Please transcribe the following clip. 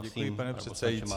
Děkuji, pane předsedající.